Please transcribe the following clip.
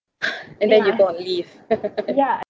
and then you go on leave